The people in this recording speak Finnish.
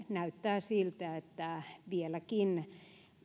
näyttää siltä että vieläkin